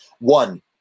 One